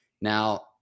Now